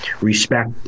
respect